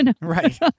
Right